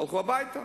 הלכו הביתה.